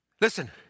listen